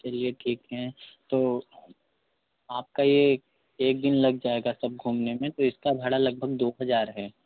चलिए ठीक है तो आपका ये एक दिन लग जाएगा सब घूमने में तो इसका भाड़ा लगभग दो हजार है